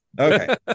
Okay